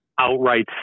outright